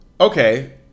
okay